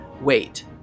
Wait